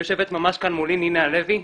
יושבת ממש כאן מולי נינה הלוי,